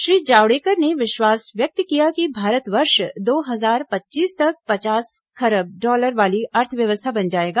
श्री जावड़ेकर ने विश्वास व्यक्त किया कि भारत वर्ष दो हजार पच्चीस तक पचास खरब डॉलर वाली अर्थव्यवस्था बन जाएगा